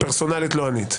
פרסונלית לא ענית.